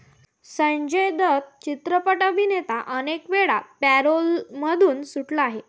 संजय दत्त चित्रपट अभिनेता अनेकवेळा पॅरोलमधून सुटला आहे